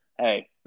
hey